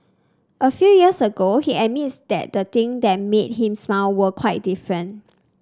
a few years ago he admits that the thing that made him smile were quite different